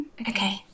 okay